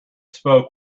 spoke